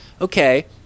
okay